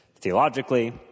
theologically